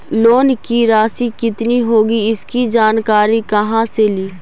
Loan की रासि कितनी होगी इसकी जानकारी कहा से ली?